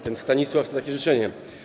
Ten Stanisław to takie życzenie.